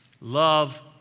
Love